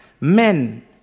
men